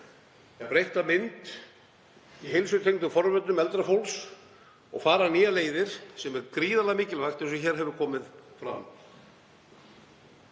um breytta mynd í heilsutengdum forvörnum eldra fólks og fara nýjar leiðir sem er gríðarlega mikilvægt, eins og hér hefur komið fram.